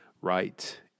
right